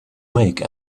make